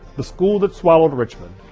the school that swallowed richmond.